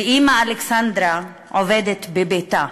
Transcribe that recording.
ואימא אלכסנדרה, עובדת בביתה.